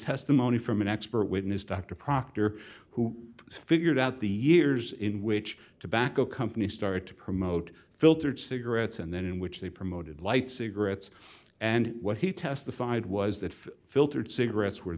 testimony from an expert witness dr proctor who figured out the years in which to back a company started to promote filtered cigarettes and then in which they promoted light cigarettes and what he testified was that if filtered cigarettes were